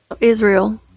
Israel